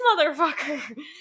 motherfucker